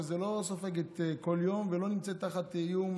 שלא סופגת כל יום ולא נמצאת תחת איום,